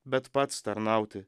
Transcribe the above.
bet pats tarnauti